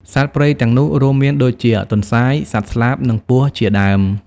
សត្វព្រៃទាំងនោះរួមមានដូចជា ទន្សាយ សត្វស្លាប និងពស់ជាដើម។